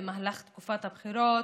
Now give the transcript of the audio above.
במהלך תקופת הבחירות,